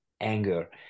anger